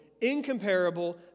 incomparable